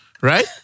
Right